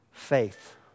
faith